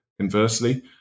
Conversely